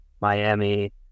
miami